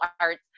arts